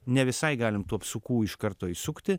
ne visai galim tų apsukų iš karto įsukti